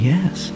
Yes